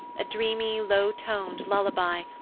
a dreamy, low-toned lullaby,